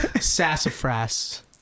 Sassafras